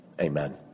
Amen